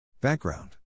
Background